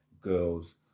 girls